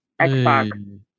xbox